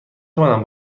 توانم